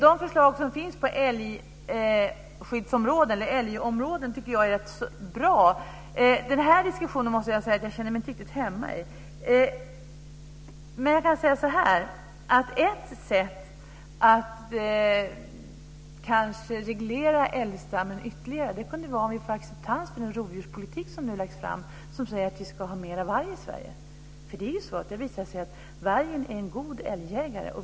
De förslag som finns på älgområdet tycker jag är rätt så bra. Jag måste säga att jag inte riktigt känner mig hemma i den här diskussionen. Ett sätt kanske att reglera älgstammen ytterligare kunde vara om vi fick acceptans på den rovdjurspolitik som nu läggs fram och som säger att vi ska ha fler vargar i Sverige. Det visar sig att vargen är en god älgjägare.